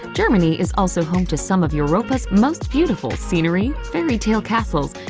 germany is also home to some of europa's most beautiful scenery, fairytale castles,